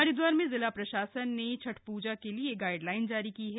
हरिद्वार में जिला प्रशासन ने छठ प्जा मनाने के लिए गाइडलाइन जारी की है